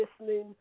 listening